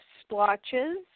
splotches